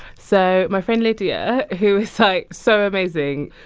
so my friend lydia, who is, like, so amazing,